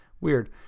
weird